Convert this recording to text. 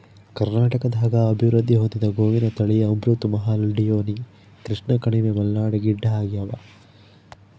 ಕರ್ನಾಟಕದಾಗ ಅಭಿವೃದ್ಧಿ ಹೊಂದಿದ ಗೋವಿನ ತಳಿ ಅಮೃತ್ ಮಹಲ್ ಡಿಯೋನಿ ಕೃಷ್ಣಕಣಿವೆ ಮಲ್ನಾಡ್ ಗಿಡ್ಡಆಗ್ಯಾವ